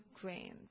grains